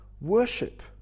worship